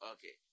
Okay